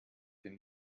den